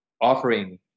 offering